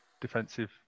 defensive